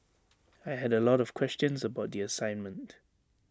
I had A lot of questions about the assignment